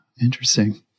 interesting